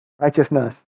righteousness